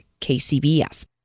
KCBS